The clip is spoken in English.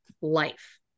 life